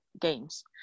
games